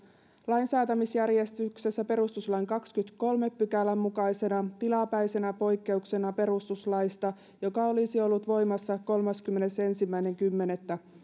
lainsäätämisjärjestyksessä perustuslain kahdennenkymmenennenkolmannen pykälän mukaisena tilapäisenä poikkeuksena perustuslaista joka olisi ollut voimassa kolmaskymmenesensimmäinen kymmenettä